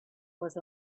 was